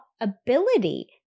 ability